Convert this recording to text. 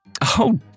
Oh